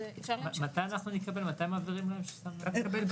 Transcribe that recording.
אתה נדפק.